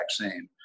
vaccine